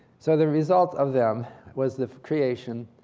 so the result of them was the creation,